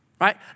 right